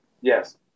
Yes